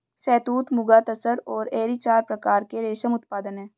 शहतूत, मुगा, तसर और एरी चार प्रकार के रेशम उत्पादन हैं